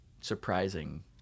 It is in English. surprising